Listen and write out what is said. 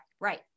Right